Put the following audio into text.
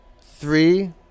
three